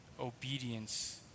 obedience